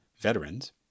veterans